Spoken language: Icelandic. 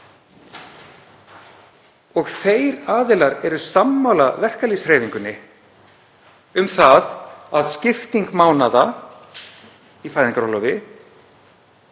og þeir aðilar eru sammála verkalýðshreyfingunni um að skipting mánaða í fæðingarorlofi